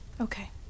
Okay